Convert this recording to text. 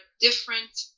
different